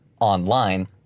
online